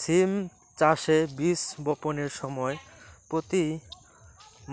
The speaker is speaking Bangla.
সিম চাষে বীজ বপনের সময় প্রতি